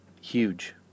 Huge